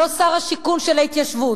לא שר השיכון של ההתיישבות.